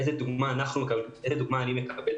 איזו דוגמה אני מקבל?